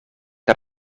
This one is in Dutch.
dat